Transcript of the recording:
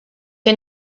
que